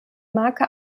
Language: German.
marke